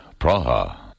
Praha